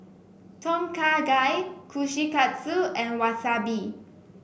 Tom Kha Gai Kushikatsu and Wasabi